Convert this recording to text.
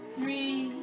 Three